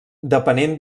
depenent